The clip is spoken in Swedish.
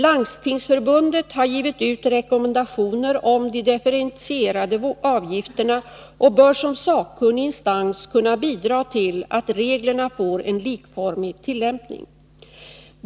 Landstingsförbundet har givit ut rekommendationer om de differentierade avgifterna och bör som sakkunnig instans kunna bidra till att reglerna får en likformig tillämpning.